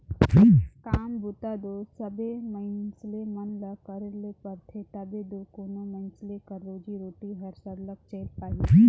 काम बूता दो सबे मइनसे मन ल करे ले परथे तबे दो कोनो मइनसे कर रोजी रोटी हर सरलग चइल पाही